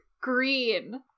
green